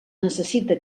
necessita